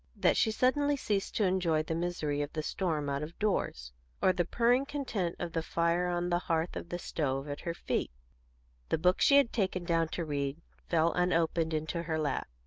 that she suddenly ceased to enjoy the misery of the storm out-of-doors, or the purring content of the fire on the hearth of the stove at her feet the book she had taken down to read fell unopened into her lap,